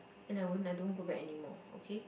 and I won't I don't go back anymore okay